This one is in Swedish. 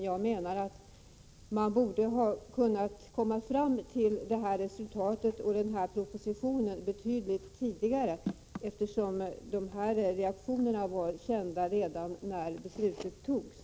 Jag menar att man borde ha kunnat komma fram till ett resultat och till en proposition betydligt tidigare, eftersom reaktionerna var kända redan när beslutet fattades.